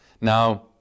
Now